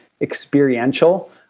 experiential